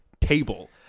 table